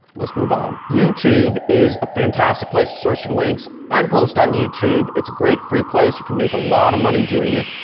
let's move on. youtube is a fantastic place to source your links. i'm post on youtube. it's great free place. you can make a lot of money doing it.